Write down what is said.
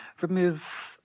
remove